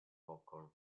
popcorn